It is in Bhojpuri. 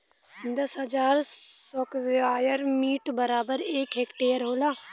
दस हजार स्क्वायर मीटर बराबर एक हेक्टेयर होला